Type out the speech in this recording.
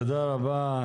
תודה רבה.